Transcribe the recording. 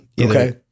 Okay